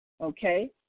okay